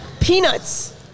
Peanuts